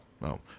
No